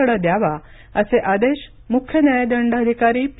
कडे द्यावा असे आदेश मुख्य न्यायदंडाधिकारी पी